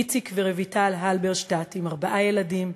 איציק ורויטל הלברשטט עם ארבעה ילדים,